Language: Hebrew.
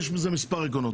יש מספר עקרונות.